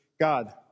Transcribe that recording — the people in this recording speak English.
God